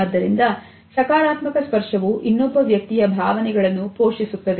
ಆದ್ದರಿಂದ ಸಕಾರಾತ್ಮಕ ಸ್ಪರ್ಶವು ಇನ್ನೊಬ್ಬ ವ್ಯಕ್ತಿಯ ಭಾವನೆಗಳನ್ನು ಪೋಷಿಸುತ್ತದೆ